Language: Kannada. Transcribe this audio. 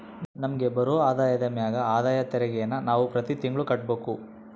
ನಮಿಗ್ ಬರೋ ಆದಾಯದ ಮ್ಯಾಗ ಆದಾಯ ತೆರಿಗೆನ ನಾವು ಪ್ರತಿ ತಿಂಗ್ಳು ಕಟ್ಬಕು